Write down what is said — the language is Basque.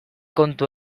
kontu